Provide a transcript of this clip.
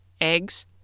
eggs